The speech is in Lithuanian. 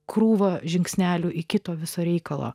krūva žingsnelių iki to viso reikalo